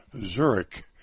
Zurich